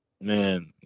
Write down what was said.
man